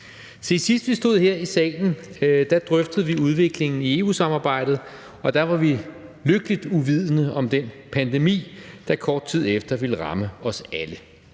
Se, sidst vi stod her i salen, drøftede vi udviklingen i EU-samarbejdet, og der var vi lykkeligt uvidende om den pandemi, der kort tid efter ville ramme os alle.